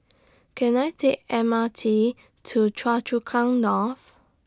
Can I Take M R T to Choa Chu Kang North